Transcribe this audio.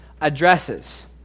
addresses